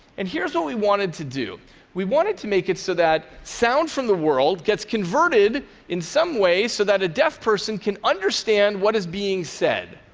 and here is what we wanted to do we wanted to make it so that sound from the world gets converted in some way so that a deaf person can understand what is being said.